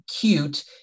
cute